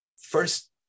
first